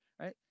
right